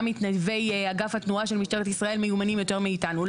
גם מתנדבי אגף התנועה של משטרת ישראל מיומנים יותר מאיתנו.